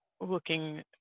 looking